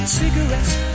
cigarettes